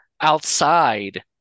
outside